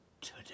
today